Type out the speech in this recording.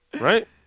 right